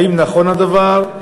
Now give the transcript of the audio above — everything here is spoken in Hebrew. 1. האם נכון הדבר?